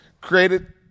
created